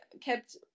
kept